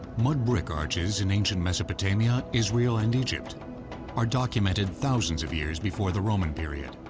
mud brick arches in ancient mesopotamia, israel and egypt are documented thousands of years before the roman period.